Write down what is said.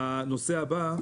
הנושא הבא,